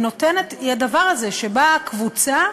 הדבר הזה, שבאה קבוצה,